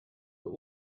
but